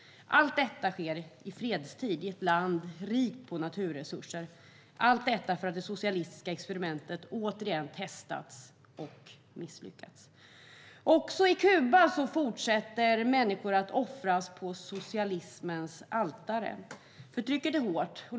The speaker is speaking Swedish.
Allt detta sker i fredstid i ett land rikt på naturresurser därför att det socialistiska experimentet återigen testats och misslyckats. Också på Kuba fortsätter människor att offras på socialismens altare. Förtrycket är hårt.